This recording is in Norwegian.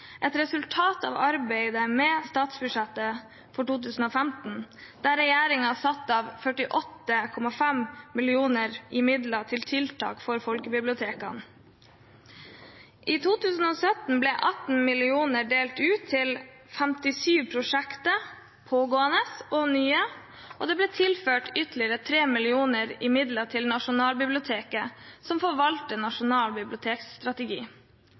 et resultat av arbeidet med statsbudsjettet for 2015, der regjeringen satte av 48,5 mill. kr til tiltak for folkebibliotekene. I 2017 ble 18 mill. kr delt ut til 57 prosjekter – pågående og nye. Det ble tilført ytterligere 3 mill. kr til Nasjonalbiblioteket, som forvalter Nasjonal bibliotekstrategi.